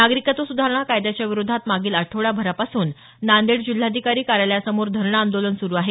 नागरिकत्व सुधारणा कायद्याच्या विरोधात मागील आठवडाभरापासून नांदेड जिल्हाधिकारी कार्यालयासमोर धरणं आंदोलन सुरू आहे